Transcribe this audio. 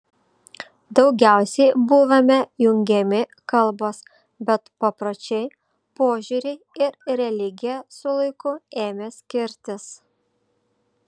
daugiausiai buvome jungiami kalbos bet papročiai požiūriai ir religija su laiku ėmė skirtis